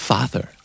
Father